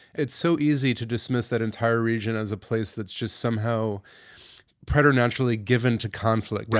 it's so easy to dismiss that entire region as a place that's just somehow preternaturally given to conflict.